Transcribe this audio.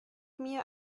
mir